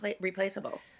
replaceable